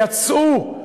יצאו.